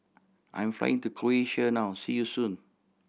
I'm flying to Croatia now see you soon